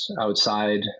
outside